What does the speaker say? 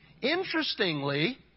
Interestingly